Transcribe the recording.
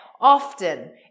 often